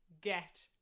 get